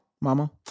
mama